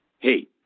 Hey